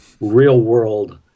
real-world